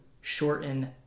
shorten